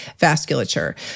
vasculature